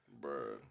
Bro